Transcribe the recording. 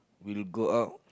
we'll go out